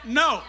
no